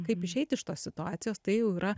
kaip išeit iš tos situacijos tai jau yra